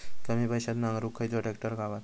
कमी पैशात नांगरुक खयचो ट्रॅक्टर गावात?